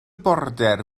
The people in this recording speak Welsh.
border